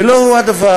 ולא הוא הדבר,